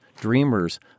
dreamers